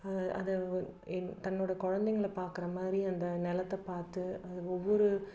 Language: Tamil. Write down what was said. அதை அதை என் தன்னோட குழந்தைங்கள பாக்கிற மாதிரி அந்த நிலத்த பார்த்து அது ஒவ்வொரு